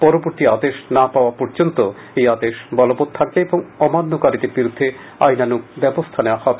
পরবর্তী আদেশ না দেওয়া পর্যন্ত এই আদেশ বলবৎ থাকবে এবং অমান্যকারীর বিরুদ্ধে আইনানুগ ব্যবস্থা নেওয়া হবে